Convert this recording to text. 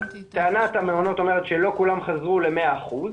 טענת המעונות אומרת שלא כולם חזרו ל-100%,